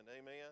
amen